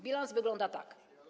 Bilans wygląda tak.